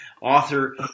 author